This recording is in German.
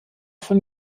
von